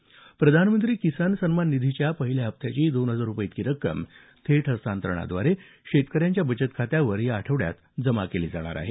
तसंच प्रधानमंत्री किसान सन्मान निधीच्या पहिल्या हप्त्याची दोन हजार रुपये इतकी रक्कम थेट हस्तांतरणद्वारे शेतकऱ्यांच्या बचत खात्यावर या आठवड्यात जमा करण्यात येणार आहे